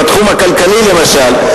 בתחום הכלכלי למשל,